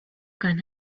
gun